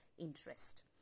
interest